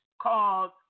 called